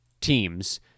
teams